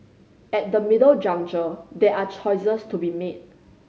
at the middle juncture there are choices to be made